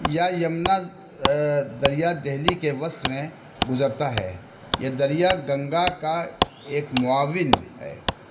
یا یمنا دریا دہلی کے وسط میں گزرتا ہے یہ دریا گنگا کا ایک معاون ہے